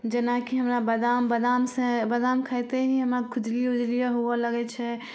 जेनाकि हमरा बादाम बादाम से बादाम खाइते ही हमरा खुजली उजली होवऽ लगै छै